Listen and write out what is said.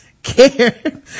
Care